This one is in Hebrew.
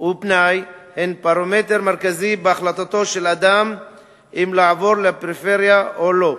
ופנאי הן פרמטר מרכזי בהחלטתו של אדם אם לעבור לפריפריה או לא.